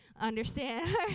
understand